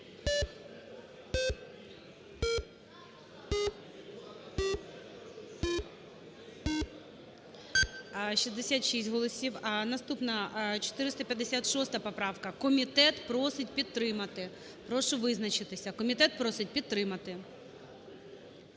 66 голосів. Наступна – 456 поправка. Комітет просить підтримати. Прошу визначитися. Комітет просить підтримати.